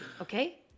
okay